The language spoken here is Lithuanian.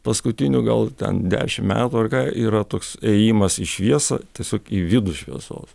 paskutinių gal ten dešimt metų yra toks ėjimas į šviesą tiesiog į vidų šviesos